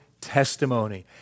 testimony